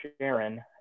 Sharon